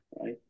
right